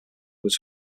were